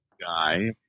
guy